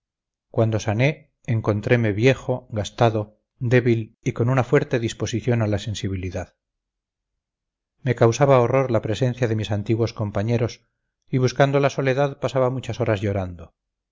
cuando sané encontreme viejo gastado débil y con una fuerte disposición a la sensibilidad me causaba horror la presencia de mis antiguos compañeros y buscando la soledad pasaba muchas horas llorando